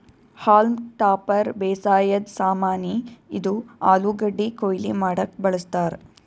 haulm topper ಬೇಸಾಯದ್ ಸಾಮಾನಿ, ಇದು ಆಲೂಗಡ್ಡಿ ಕೊಯ್ಲಿ ಮಾಡಕ್ಕ್ ಬಳಸ್ತಾರ್